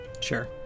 Sure